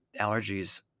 allergies